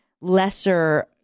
lesser